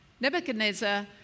Nebuchadnezzar